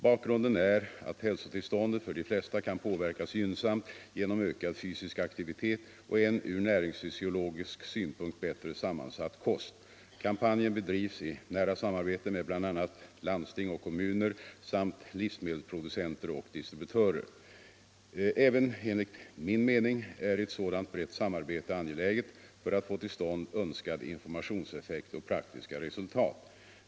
Bakgrunden är att hälsotillståndet för de flesta kan påverkas gynnsamt genom ökad fysisk aktivitet och en ur näringsfysiologisk synpunkt bättre sammansatt kost. Kampanjen bedrivs i nära samarbete med bl.a. landsting och kommuner samt livsmedelsproducenter och distributörer. Även enligt min mening är ett sådant brett samarbete angeläget för att få till stånd önskad informationseffekt och praktiska resultat.